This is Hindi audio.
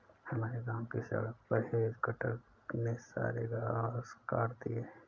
हमारे गांव की सड़क पर हेज कटर ने सारे घास काट दिए हैं